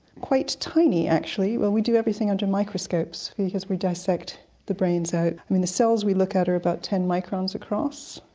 quite tiny actually. well we do everything under microscopes because we dissect the brains out. i mean the cells we look at are about ten microns across,